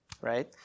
Right